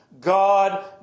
God